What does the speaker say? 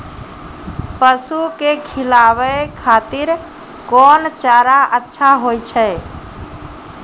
पसु के खिलाबै खातिर कोन चारा अच्छा होय छै?